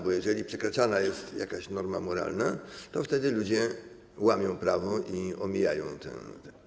Bo jeżeli przekraczana jest jakaś norma moralna, to wtedy ludzie łamią prawo i omijają przepisy.